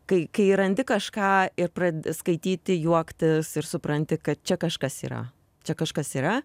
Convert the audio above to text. kai kai randi kažką ir pradedi skaityti juoktis ir supranti kad čia kažkas yra čia kažkas yra